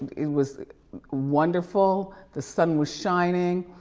it was wonderful. the sun was shining.